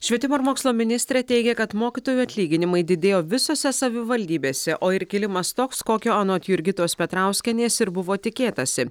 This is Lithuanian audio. švietimo ir mokslo ministrė teigia kad mokytojų atlyginimai didėjo visose savivaldybėse o ir kilimas toks kokio anot jurgitos petrauskienės ir buvo tikėtasi